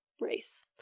race